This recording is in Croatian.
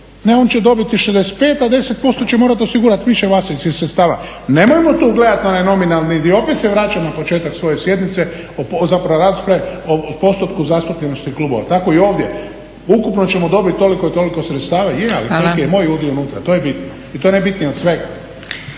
ne on će dobiti 65, a 10% će morati osigurati više vlastitih sredstava. Nemojmo tu gledati na onaj nominalni dio, opet se vraćam na početak svoje sjednice o, zapravo rasprave, o postotku zastupljenosti klubova. Tako i ovdje, ukupno ćemo dobiti toliko i toliko sredstava, je, ali koliki je moj udio unutra, to je bitno i to je najbitnije od svega.